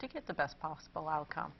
to get the best possible outcome